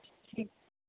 ਜੀ